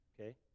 okay